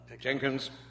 Jenkins